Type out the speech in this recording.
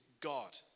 God